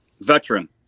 veteran